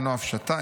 אינו הפשטה,